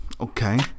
Okay